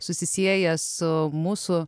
susisieja su mūsų